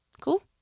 Cool